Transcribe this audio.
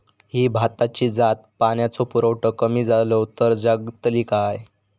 ही भाताची जात पाण्याचो पुरवठो कमी जलो तर जगतली काय?